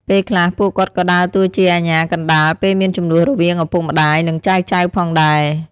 ពេលខ្លះ ពួកគាត់ក៏ដើរតួជាអាជ្ញាកណ្ដាលពេលមានជម្លោះរវាងឪពុកម្ដាយ និងចៅៗផងដែរ។